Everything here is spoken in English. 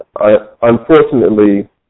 unfortunately